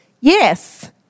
Yes